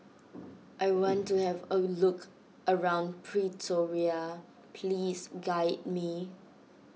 I want to have a look around Pretoria please guide me